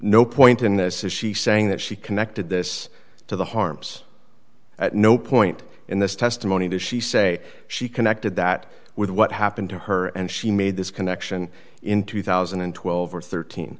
no point in this is she saying that she connected this to the harms at no point in this testimony does she say she connected that with what happened to her and she made this connection in two thousand and twelve or thirteen